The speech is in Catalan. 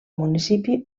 municipi